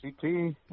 ct